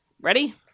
Ready